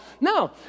no